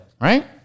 right